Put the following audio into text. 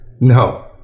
No